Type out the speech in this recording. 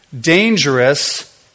dangerous